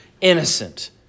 innocent